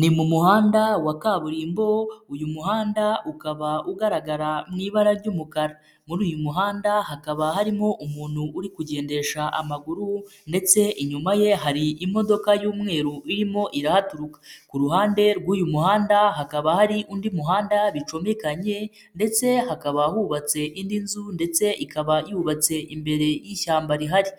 Ni mu muhanda wa kaburimbo, uyu muhanda ukaba ugaragara mu ibara ry'umukara, muri uyu muhanda hakaba harimo umuntu uri kugendesha amaguru ndetse inyuma ye hari imodoka y'umweru irimo irahaturuka, ku ruhande rw'uyu muhanda hakaba hari undi muhanda bicumbikanye ndetse hakaba hubatse indi nzu ndetse ikaba yubatse imbere y'ishyamba rihari,